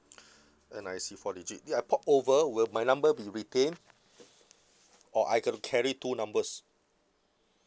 N_R_I_C four digit then I port over will my number be retained or I got to carry two numbers